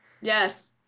Yes